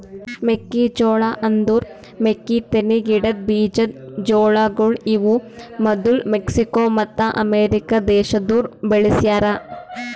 ಮೆಕ್ಕಿ ಜೋಳ ಅಂದುರ್ ಮೆಕ್ಕಿತೆನಿ ಗಿಡದ್ ಬೀಜದ್ ಜೋಳಗೊಳ್ ಇವು ಮದುಲ್ ಮೆಕ್ಸಿಕೋ ಮತ್ತ ಅಮೇರಿಕ ದೇಶದೋರ್ ಬೆಳಿಸ್ಯಾ ರ